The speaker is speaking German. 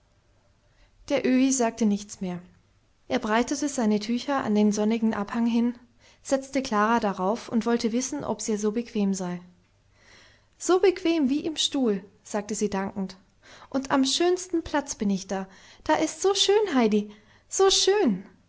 der öhi sagte nichts mehr er breitete seine tücher an den sonnigen abhang hin setzte klara darauf und wollte wissen ob's ihr so bequem sei so bequem wie im stuhl sagte sie dankend und am schönsten platz bin ich da da ist's so schön heidi so schön